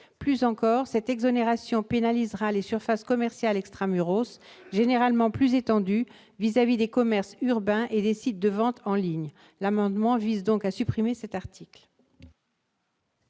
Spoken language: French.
Plus encore, cette exonération pénalisera les surfaces commerciales, généralement plus étendues, vis-à-vis des commerces urbains et des sites de vente en ligne. Le présent amendement vise donc à supprimer cet article.